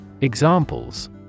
Examples